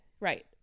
Right